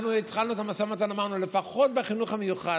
התחלנו את המשא ומתן ואמרנו: לפחות בחינוך המיוחד.